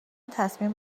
تصمیم